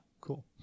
cool